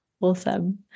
Awesome